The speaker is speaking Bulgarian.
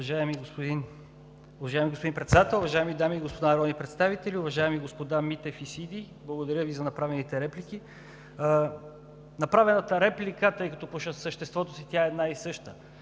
Уважаеми господин Председател, уважаеми дами и господа народни представители! Уважаеми господа Митев и Сиди, благодаря Ви за направените реплики. В направената реплика, тъй като по съществото си тя е една и съща,